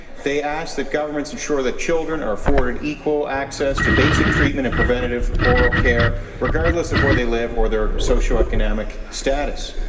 they asked that governments ensure that children are afforded equal access to basic treatment and preventive oral care regardless of where they live or their socioeconomic status.